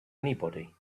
anybody